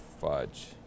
fudge